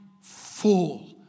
full